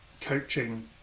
coaching